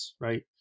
right